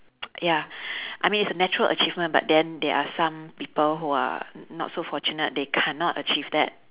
ya I mean it's a natural achievement but then there are some people who are not so fortunate they cannot achieve that